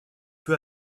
peu